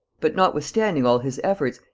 but, notwithstanding all his efforts,